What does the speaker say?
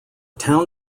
town